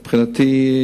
מבחינתי,